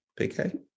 PK